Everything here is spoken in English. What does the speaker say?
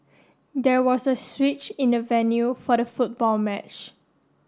there was a switch in the venue for the football match